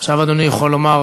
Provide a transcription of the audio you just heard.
עכשיו אדוני יכול לומר